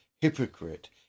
hypocrite